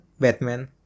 Batman